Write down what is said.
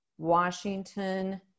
Washington